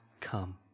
come